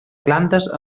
plantes